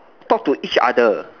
talk to each other